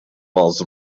was